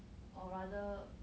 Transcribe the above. or rather